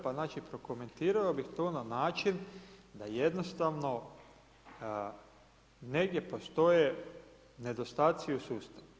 Pa znači prokomentirao bih to na način da jednostavno negdje postoje nedostaci u sustavu.